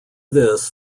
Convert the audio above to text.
this